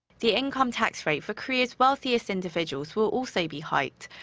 the income tax rate for korea's wealthiest individuals will also be hiked.